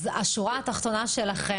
אז מה השורה התחתונה שלכם,